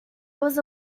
was